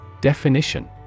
Definition